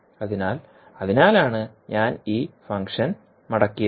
അതിനാലാണ് ഞാൻ ഈ ഫംഗ്ഷൻ മടക്കിയത്